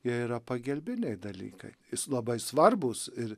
jie yra pagelbiniai dalykai jis labai svarbus ir